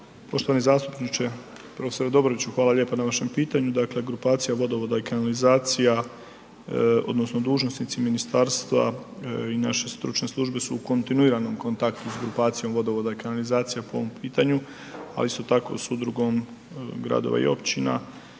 Poštovani zastupniče, prof. Dobroviću, hvala lijepo na vašem pitanju, dakle grupacija vodovoda i kanalizacija odnosno dužnosnici ministarstva i naše stručne službe su u kontinuiranom kontaktu s grupacijom vodovoda i kanalizacija po ovom pitanju ali isto tako i s Udrugom gradova i općina.